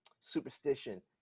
superstition